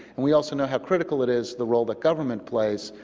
and we also know how critical it is, the role the government plays,